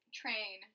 train